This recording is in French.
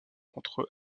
contre